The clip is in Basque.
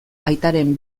aitaren